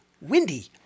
Windy